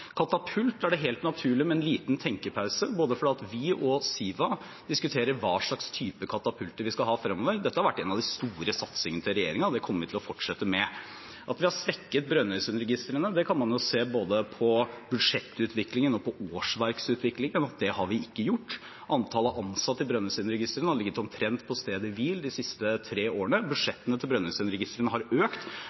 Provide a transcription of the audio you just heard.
Katapult, er det helt naturlig med en liten tenkepause fordi de og Siva diskuterer hvilken type katapulter vi skal ha fremover. Dette har vært en av de store satsingene til regjeringen, og det kommer vi til å fortsette med. Til påstanden om at vi har svekket Brønnøysundregistrene: Det kan man jo se både på budsjettutviklingen og på årsverksutviklingen at vi ikke har gjort. Antall ansatte i Brønnøysundregistrene har ligget omtrent på stedet hvil de siste tre årene. Budsjettene til Brønnøysundregistrene har økt